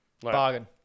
Bargain